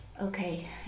Okay